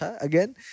again